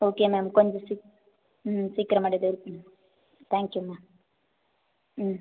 okay ma'am கொஞ்சம் சீக் ம் சீக்கிரமாக டெலிவரி பண்ணுங்கள் தேங்க் யூ மேம் ம்